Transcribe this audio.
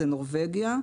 זה נורבגיה,